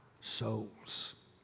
souls